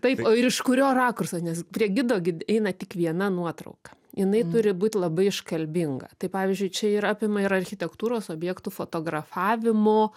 taip o ir iš kurio rakurso nes prie gido gi eina tik viena nuotrauka jinai turi būt labai iškalbinga tai pavyzdžiui čia ir apima ir architektūros objektų fotografavimų